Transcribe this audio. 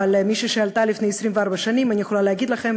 אבל כמי שעלתה לפני 24 שנים אני יכולה להגיד לכם